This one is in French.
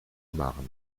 marne